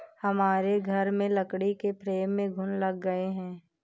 हमारे घर में लकड़ी के फ्रेम में घुन लग गए हैं